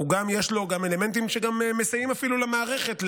יש גם אלמנטים שמסייעים אפילו למערכת,